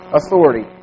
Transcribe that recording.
authority